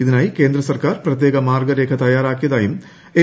ഇതിനായി കേന്ദ്ര സർക്കാർ പ്രത്യേക മാർഗ്ഗരേഖ തയ്യാറാക്കിയതായും എൻ